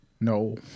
No